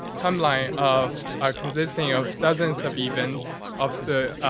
timeline of our consisting of dozens of events of the